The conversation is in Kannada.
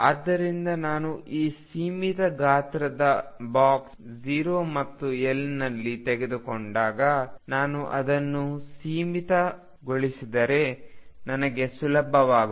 ಆದ್ದರಿಂದ ನಾನು ಈ ಸೀಮಿತ ಗಾತ್ರದ ಬಾಕ್ಸ್ 0 ಮತ್ತು L ನಲ್ಲಿ ತೆಗೆದುಕೊಂಡಾಗ ನಾನು ಅದನ್ನು ಸಮ್ಮಿತೀಯಗೊಳಿಸಿದರೆ ನನಗೆ ಸುಲಭವಾಗುತ್ತದೆ